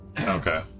Okay